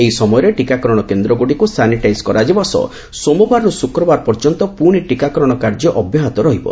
ଏହି ସମୟରେ ଟିକାକରଣ କେନ୍ଦଗୁଡ଼ିକୁ ସାନିଟାଇଜ୍ କରାଯିବା ସହ ସୋମବାରରୁ ଶୁକ୍ରବାର ପର୍ଯ୍ୟନ୍ତ ପୁଶି ଟିକାକରଣ କାର୍ଯ୍ୟ ଅବ୍ୟାହତ ରହିବ